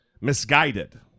Misguided